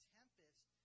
tempest